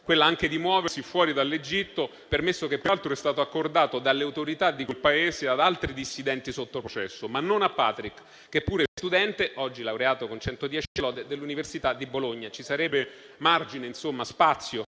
quella anche di muoversi fuori dall'Egitto. Peraltro tale permesso è stato accordato dalle autorità di quel Paese ad altri dissidenti sotto processo, ma non a Patrick, che pure è studente (oggi laureato con 110 e lode) dell'Università di Bologna. Ci sarebbe margine, spazio;